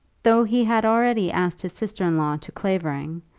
though he had already asked his sister-in-law to clavering,